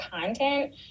content